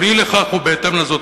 אבל אי לכך ובהתאם לזאת,